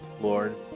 Lord